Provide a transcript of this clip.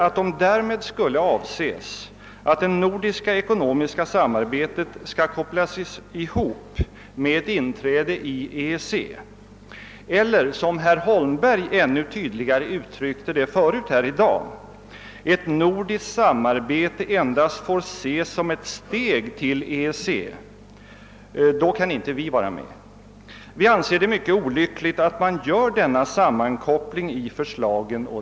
Om därmed skulle avses att det nordiska ekonomiska samarbetet skall kopplas ihop med inträde i EEC eller, som herr Holmberg ännu tydligare uttryckte det tidigare i dag, att nordiskt samarbete endast får ses som ett steg till EEC, då kan vi inte vara med. Vi anser det mycket olyckligt att man gör denna sammankoppling.